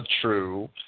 true